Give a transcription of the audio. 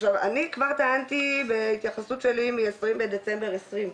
עכשיו אני כבר טענתי בהתייחסות שלי מ-20 בדצמבר 2020,